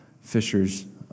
fishers